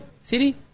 City